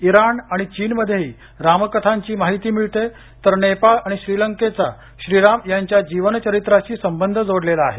Iran आणि चीनमध्येही रामकथांची माहिती मिळते तर नेपाळ आणि श्रीलंकेचा श्रीराम यांच्या जीवन चरित्राशी संबंध जोडलेला आहे